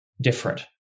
different